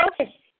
Okay